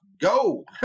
go